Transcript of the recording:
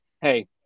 Hey